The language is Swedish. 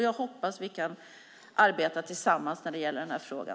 Jag hoppas vi kan arbeta tillsammans i frågan.